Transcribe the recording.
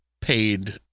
paid